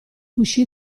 uscí